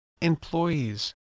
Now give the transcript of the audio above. employees